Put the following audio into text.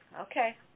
Okay